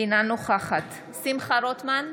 אינה נוכחת שמחה רוטמן,